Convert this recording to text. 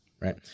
right